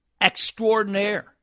extraordinaire